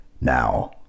Now